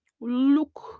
look